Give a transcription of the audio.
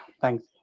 thanks